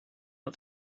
not